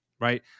right